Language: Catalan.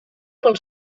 pel